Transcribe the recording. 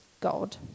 God